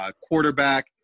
quarterback